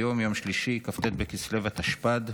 היום יום שלישי כ"ט בכסלו התשפ"ד,